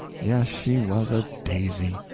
yes, she was a daisy!